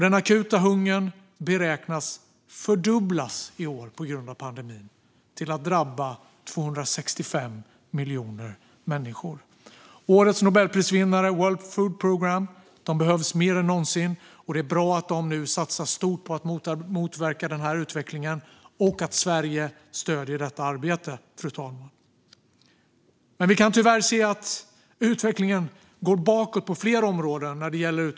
Den akuta hungern beräknas att på grund av pandemin fördubblas i år, till att drabba 265 miljoner människor. Årets Nobelprisvinnare World Food Programme behövs mer än någonsin. Det är bra att de nu satsar stort på att motverka den utvecklingen och att Sverige stöder detta arbete. Tyvärr går utvecklingen bakåt på flera områden.